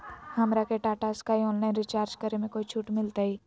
हमरा के Tata Sky online recharge करे में कोई छूट मिलतई